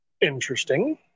Interesting